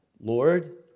Lord